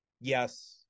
Yes